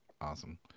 awesome